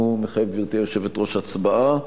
גברתי היושבת-ראש, מחייב הצבעה.